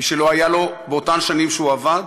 מי שלא היה לו באותן שנים שהוא עבד,